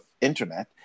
internet